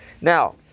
Now